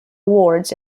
awards